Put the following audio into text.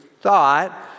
thought